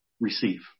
receive